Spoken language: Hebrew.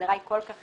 וההגדרה היא כל כך